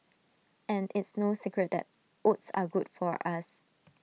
and it's no secret that oats are good for us